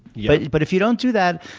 yeah but if you don't do that,